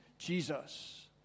Jesus